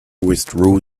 withdrew